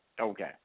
Okay